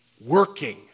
working